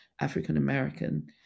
African-American